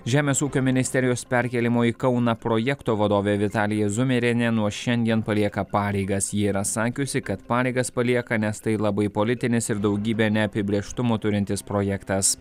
žemės ūkio ministerijos perkėlimo į kauną projekto vadovė vitalija zumerienė nuo šiandien palieka pareigas ji yra sakiusi kad pareigas palieka nes tai labai politinis ir daugybę neapibrėžtumo turintis projektas